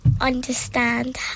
understand